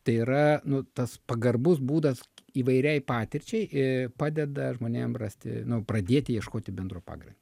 tai yra nu tas pagarbus būdas įvairiai patirčiai padeda žmonėm rasti nu pradėti ieškoti bendro pagrindo